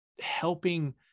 helping